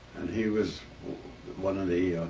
and he was one of the